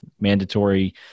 mandatory